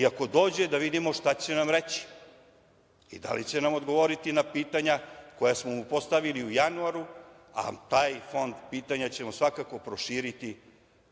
i ako dođe da vidimo šta će nam reći, i da li će nam odgovoriti na pitanja koja smo mu postavili u januaru, a taj fond pitanja ćemo svakako proširiti